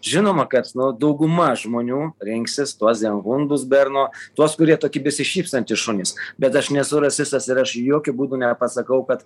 žinoma kad nu dauguma žmonių rinksis tuos zenhundus berno tuos kurie tokie besišypsantys šunys bet aš nesu rasistas ir aš jokiu būdu nepasakau kad